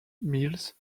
meals